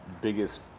biggest